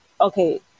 okay